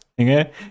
Okay